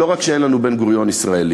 לא רק שאין לנו בן-גוריון ישראלי.